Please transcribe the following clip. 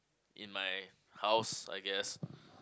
in my house I guess